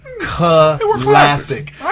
classic